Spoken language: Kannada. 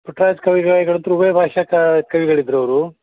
ಪುಟ್ರಾಜ ಗವಾಯ್ಗಳ್ ಅಂತೂವೇ ಕ ಕವಿಗಳಿದ್ರು ಅವರು